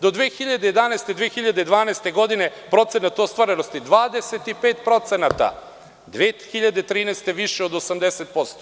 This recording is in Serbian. Do 2011, 2012. godine procenat ostvarenosti 25%, a 2013. godine više od 80%